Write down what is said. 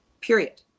period